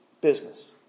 business